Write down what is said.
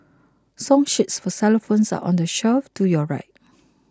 song sheets for xylophones are on the shelf to your right